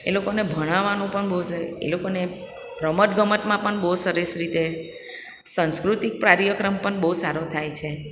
એ લોકોને ભણાવાનું પણ બહુ એ લોકોને રમતગમતમાં પણ બહુ સરસ રીતે સંસ્કૃતિક કાર્યક્રમ પણ બહુ સારો થાય છે